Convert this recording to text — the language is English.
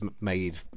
made